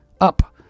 up